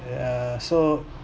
ya so